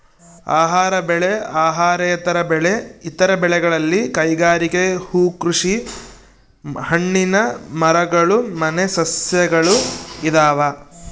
ಆಹಾರ ಬೆಳೆ ಅಹಾರೇತರ ಬೆಳೆ ಇತರ ಬೆಳೆಗಳಲ್ಲಿ ಕೈಗಾರಿಕೆ ಹೂಕೃಷಿ ಹಣ್ಣಿನ ಮರಗಳು ಮನೆ ಸಸ್ಯಗಳು ಇದಾವ